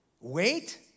Wait